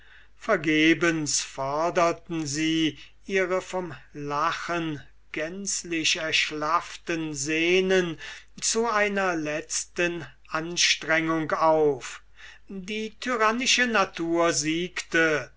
vergebens forderten sie ihre vom lachen gänzlich erschlafften sehnen zu einer letzten anstrengung auf die tyrannische natur siegte